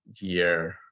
year